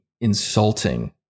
insulting